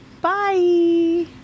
Bye